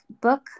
book